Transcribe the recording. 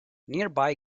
nearby